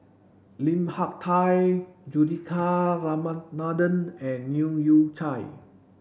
Lim Hak Tai Juthika Ramanathan and Leu Yew Chye